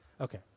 Okay